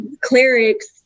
clerics